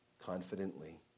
confidently